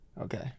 Okay